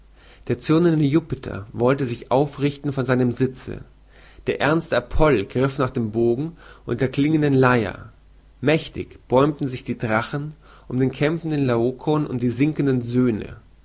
der zürnende jupiter wollte sich aufrichten von seinem sitze der ernste apoll griff nach dem bogen und der klingenden leier mächtig bäumten sich die drachen um den kämpfenden laokoon und die sinkenden söhne